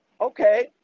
Okay